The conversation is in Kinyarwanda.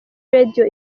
radio